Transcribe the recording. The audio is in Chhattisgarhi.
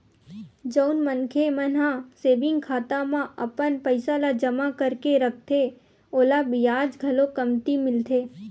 जउन मनखे मन ह सेविंग खाता म अपन पइसा ल जमा करके रखथे ओला बियाज घलो कमती मिलथे